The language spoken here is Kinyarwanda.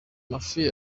amafi